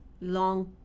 long